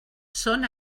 són